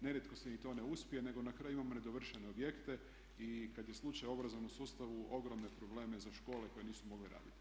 Nerijetko se ni to ne uspije, nego na kraju imamo nedovršene objekte i kad je slučaj u obrazovnom sustavu ogromne probleme za škole koje nisu mogle raditi.